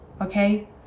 okay